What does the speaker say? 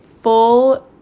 full